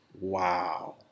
wow